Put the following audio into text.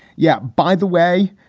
yeah, by the way,